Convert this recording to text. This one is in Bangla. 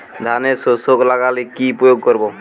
ধানের শোষক লাগলে কি প্রয়োগ করব?